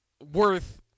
Worth